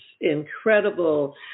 incredible